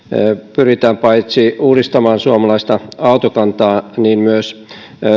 pyritään paitsi uudistamaan suomalaista autokantaa myös